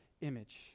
image